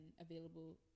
available